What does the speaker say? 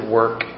work